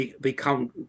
become